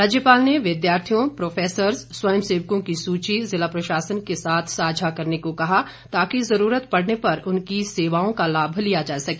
राज्यपाल ने विद्यार्थियों प्रोफेसर्ज स्वयं सेवकों की सूची ज़िला प्रशासन के साथ साझा करने को कहा ताकि जरूरत पड़ने पर उनकी सेवाओं का लाभ लिया जा सके